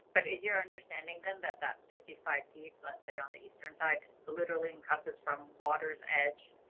but is your understanding them that that fifty five let's say on the eastern side literally encompass from water's edge.